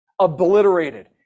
obliterated